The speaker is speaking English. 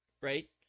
right